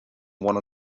one